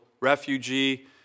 refugee